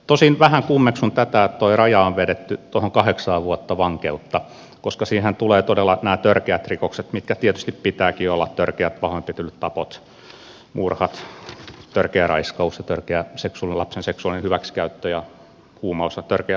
tosin vähän kummeksun tätä että tuo raja on vedetty tuohon kahdeksaan vuotta vankeutta koska siihenhän tulevat todella nämä törkeät rikokset niin kuin tietysti pitääkin olla törkeät pahoinpitelyt tapot murhat törkeä raiskaus törkeä lapsen seksuaalinen hyväksikäyttö ja törkeä huumausainerikos